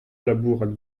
labourat